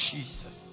Jesus